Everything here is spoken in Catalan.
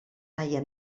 daia